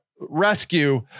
rescue